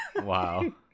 Wow